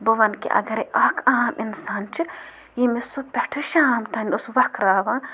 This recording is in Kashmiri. بہٕ وَنہٕ کہِ اَگرَے اَکھ عام اِنسان چھِ ییٚمِس صُبح پٮ۪ٹھ شام تانۍ اوس وَقھ راوان